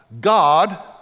God